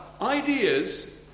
Ideas